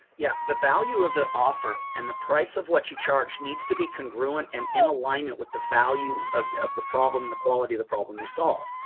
yeah. the value of the offer and the price of what you charge needs to be congruent and in alignment with the value of the of the problem, the quality of the problem you solve.